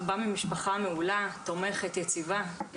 הוא בא ממשפחה מעולה, תומכת, יציבה.